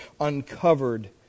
uncovered